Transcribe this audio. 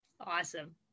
Awesome